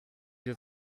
dir